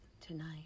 tonight